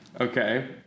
Okay